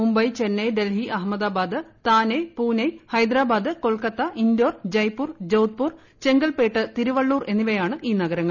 മുംബൈ ചെന്നൈ ഡൽഹി അഹമ്മദാബാദ് താനെ പൂനെ ഹൈദരാബാദ് കൊൽക്കെട്ടിത്ത ഇൻഡോർ ജയ്പൂർ ജോധ്പൂർ ചെങ്കൽപ്പേട്ട് തിരുവള്ളൂർ എന്നീവയാണ് ഈ നഗരങ്ങൾ